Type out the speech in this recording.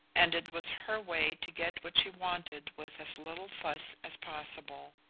and it was her way to get what she wanted with as little fuss as possible.